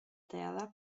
terra